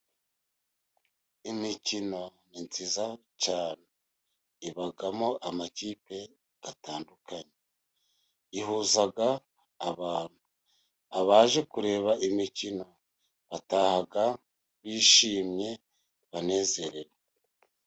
Imikino ni myiza cyane. Ibamo amakipe atandukanye. Ihuza abantu. Abaje kureba imikino, bataha bishimye banezerewe.